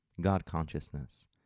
God-consciousness